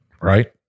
right